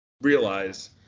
realize